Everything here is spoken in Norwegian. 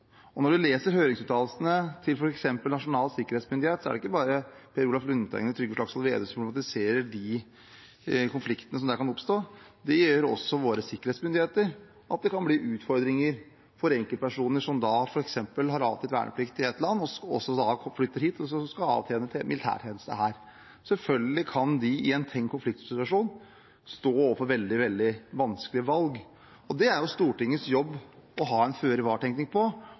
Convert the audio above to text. verneplikten. Når man leser høringsuttalelsene til f.eks. Nasjonal sikkerhetsmyndighet, viser det seg at det ikke bare er Per Olaf Lundteigen og Trygve Slagsvold Vedum som problematiserer de konfliktene som kan oppstå. Det gjør også våre sikkerhetsmyndigheter: Det kan bli utfordringer for enkeltpersoner, som f.eks. har avtjent verneplikt i et land, og som flytter hit og skal avtjene militærtjeneste her. Selvfølgelig kan de i en tenkt konfliktsituasjon stå overfor veldig vanskelige valg. Det er Stortingets jobb å ha en